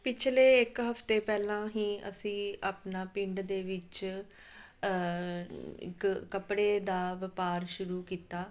ਪਿਛਲੇ ਇੱਕ ਹਫ਼ਤੇ ਪਹਿਲਾਂ ਹੀ ਅਸੀਂ ਆਪਣਾ ਪਿੰਡ ਦੇ ਵਿੱਚ ਇੱਕ ਕੱਪੜੇ ਦਾ ਵਪਾਰ ਸ਼ੁਰੂ ਕੀਤਾ